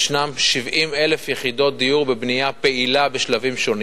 ישנן 70,000 יחידות דיור בבנייה פעילה בשלבים שונים,